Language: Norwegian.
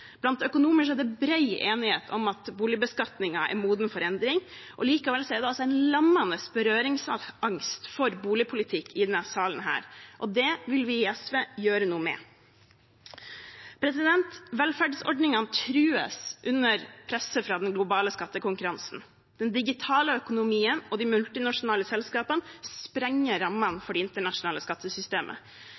Blant økonomer er det bred enighet om at boligbeskatningen er moden for endring, og likevel er det altså en lammende berøringsangst i denne salen når det gjelder boligpolitikk. Det vil vi i SV gjøre noe med. Velferdsordningene trues under presset fra den globale skattekonkurransen. Den digitale økonomien og de multinasjonale selskapene sprenger rammene for det internasjonale skattesystemet.